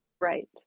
Right